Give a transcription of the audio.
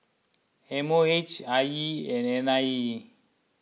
M O H I E and N I E